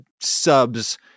subs